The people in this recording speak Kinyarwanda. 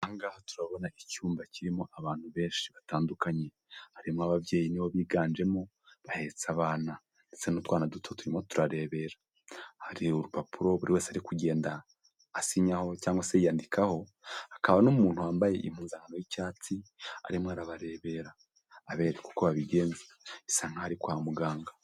Aha ngaha turabona icyumba kirimo abantu benshi batandukanye, harimo ababyeyi ni bo biganjemo bahetse abana, ndetse n'utwana duto turimo turarebera, hari urupapuro buri wese ari kugenda asinyaho cyangwase yiyandikaho, hakaba n'umuntu wambaye impuzankano y'icyatsi arimo arabarebera, abereka uko babigenza, bisa nk'aho ari kwa muganga.